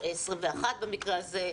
במקרה הזה,